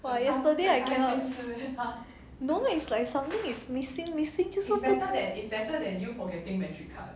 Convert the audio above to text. !wah! yesterday I cannot no is like something is missing missing 就是